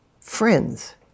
friends